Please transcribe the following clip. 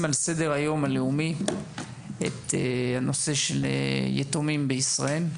על סדר היום הלאומי את הנושא של יתומים בישראל.